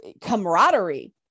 camaraderie